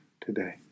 today